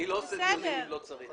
אני לא עושה דיונים אם לא צריך.